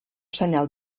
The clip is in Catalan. senyal